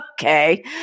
Okay